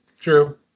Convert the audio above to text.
True